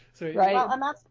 Right